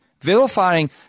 vilifying